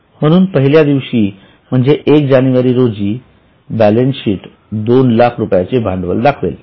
म्हणून पहिल्या दिवशी म्हणजे 1 जानेवारी रोजी बॅलन्स शीट दोन लाख रुपयांचे भांडवल दाखवेल